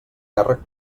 càrrec